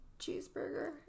cheeseburger